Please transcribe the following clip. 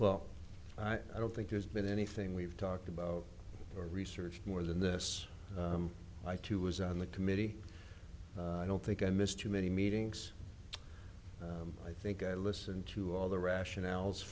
well i don't think there's been anything we've talked about or research more than this i too was on the committee i don't think i missed too many meetings i think i listened to all the rationales